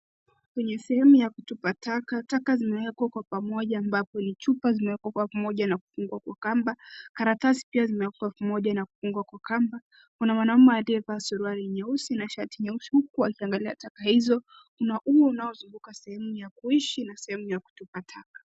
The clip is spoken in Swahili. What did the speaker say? Kwenye sehemu ya kutupa taka. Taka zimewekwa kwa pamoja ambapo ni chumba zimewekwa pamoja na kufungwa na kamba, karatasi pia zimewekwa pamoja na kufungwa kwa kwamba. Kuna mwanaume aliyevaa suruali nyeusi na shati nyeusi huku akilia taka hizo. Kuna ua unaonzunguka sehemu ya kuishi na sehemu ya kutupa taka.